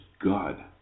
God